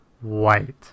white